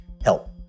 help